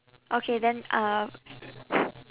okay then uh